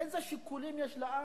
איזה שיקולים יש לעם?